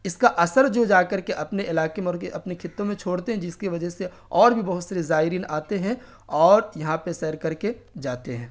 اس کا اثر جو جا کر کے اپنے علاقے میں اور کہ اپنے خطوں میں چھوڑتے ہیں جس کی وجہ سے اور بھی بہت سارے زائرین آتے ہیں اور یہاں پہ سیر کر کے جاتے ہیں